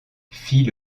fit